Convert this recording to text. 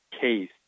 case